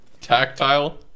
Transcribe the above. tactile